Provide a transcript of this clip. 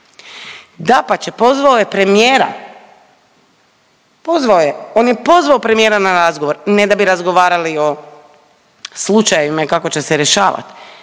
Dapače pozvao je premijera, pozvao je, on je pozvao premijera na razgovor ne da bi razgovarali o slučajevima i kako će se rješavati